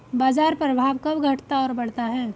बाजार प्रभाव कब घटता और बढ़ता है?